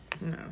No